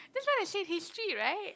that's what I said history right